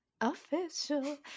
Official